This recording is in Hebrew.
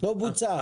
לא בוצע.